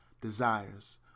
desires